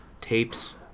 tapes